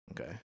okay